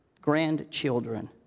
grandchildren